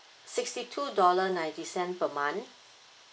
sixty two dollar ninety cent per month